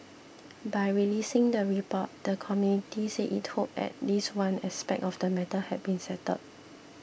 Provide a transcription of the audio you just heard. by releasing the report the committee said it hoped at least one aspect of the matter had been settled